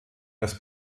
als